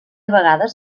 vegades